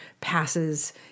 passes